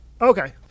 Okay